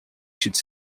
should